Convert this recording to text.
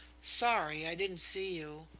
sorry, i didn't see you.